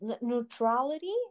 neutrality